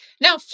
Now